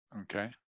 Okay